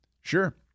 Sure